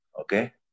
okay